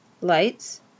Lights